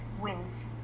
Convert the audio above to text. wins